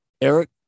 Eric